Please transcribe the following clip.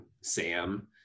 sam